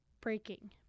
breaking